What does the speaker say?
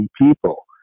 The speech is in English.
people